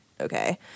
okay